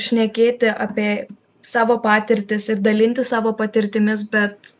šnekėti apė savo patirtis ir dalintis savo patirtimis bet